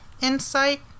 insight